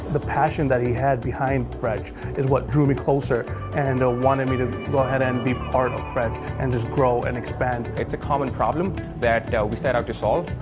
the passion that he had behind fretch is what drew me closer and wanted me to go ahead and be part of fretch and just grow and expand. it's a common problem that we set out to solve.